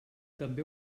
també